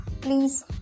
Please